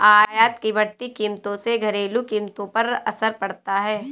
आयात की बढ़ती कीमतों से घरेलू कीमतों पर असर पड़ता है